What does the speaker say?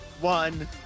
one